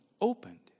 opened